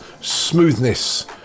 Smoothness